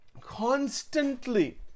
Constantly